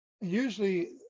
Usually